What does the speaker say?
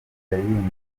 yaririmbaga